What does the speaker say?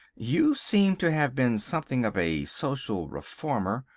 you seem to have been something of a social reformer,